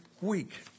week